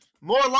more